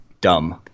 dumb